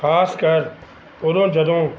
ਖ਼ਾਸ ਕਰ ਉਦੋਂ ਜਦੋਂ